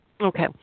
okay